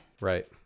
Right